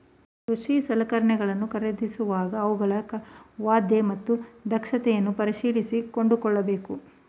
ಕೃಷಿ ಸಲಕರಣೆಗಳನ್ನು ಖರೀದಿಸುವಾಗ ಅವುಗಳ ವಾಯ್ದೆ ಮತ್ತು ದಕ್ಷತೆಯನ್ನು ಪರಿಶೀಲಿಸಿ ಕೊಂಡುಕೊಳ್ಳಬೇಕು